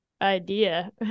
idea